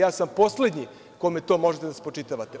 Ja sam poslednji kome to možete da spočitavate.